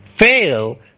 fail